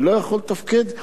אני לא יכול לתפקד,